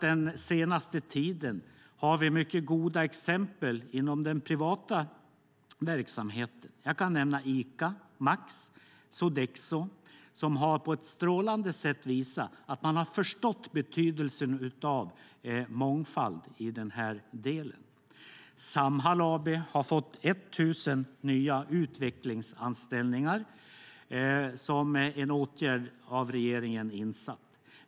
Den senaste tiden har vi sett mycket goda exempel inom den privata verksamheten. Jag kan nämna Ica, Max och Sodexo, som på ett strålande sätt har visat att man förstått betydelsen av mångfald i den här delen. Samhall AB har fått 1 000 nya utvecklingsanställningar som en åtgärd av regeringen.